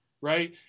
right